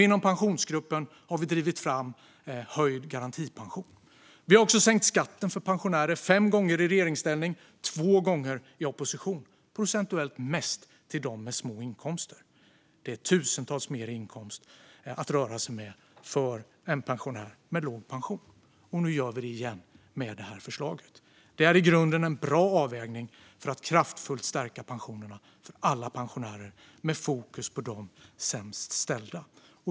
Inom Pensionsgruppen har vi drivit fram höjd garantipension. Vi har också sänkt skatten för pensionärer fem gånger i regeringsställning och två gånger i opposition. Procentuellt mest har skatten sänkts för dem med små inkomster. Det är tusentals kronor mer i inkomst att röra sig med för en pensionär med låg pension. Och nu gör vi det igen med det här förslaget. Det är i grunden en bra avvägning för att kraftfullt stärka pensionerna för alla pensionärer och att ha fokus på de sämst ställda.